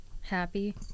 happy